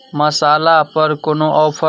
मसालापर कोनो ऑफर